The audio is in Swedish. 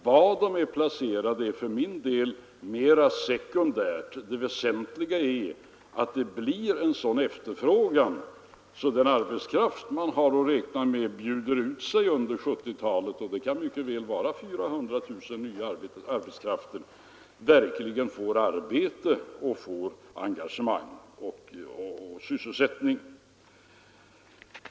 Var de är placerade är för min del mera sekundärt. Det väsentliga är att det blir en sådan efterfrågan att den arbetskraft som enligt vad man har att räkna med bjuder ut sig under 1970-talet — och det kan mycket väl vara ytterligare 400 000 personer — verkligen får engagemang och sysselsättning.